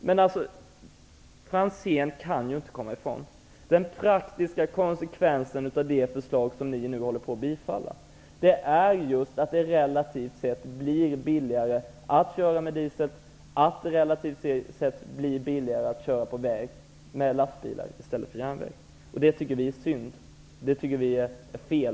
Men Ivar Franzén kan inte komma ifrån att den praktiska konsekvensen av det förslag som ni kommer att rösta igenom är ju just att det relativt sett blir billigare att köra med diesel och att det relativt sett blir billigare att köra på väg med lastbilar än att använda järnvägen. Det tycker vi är synd och fel.